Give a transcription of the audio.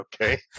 okay